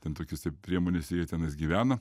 ten tokiose priemonėse jie tenais gyvena